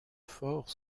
fort